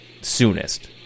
soonest